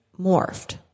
morphed